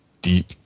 deep